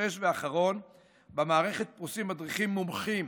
6. במערכת פרוסים מדריכים מומחים